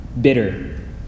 bitter